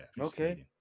Okay